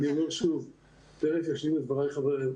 תודה רבה, צבי.